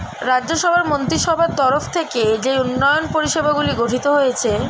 রাজ্য সভার মন্ত্রীসভার তরফ থেকে যেই উন্নয়ন পরিষেবাগুলি গঠিত হয়েছে